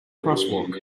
crosswalk